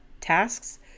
tasks